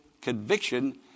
conviction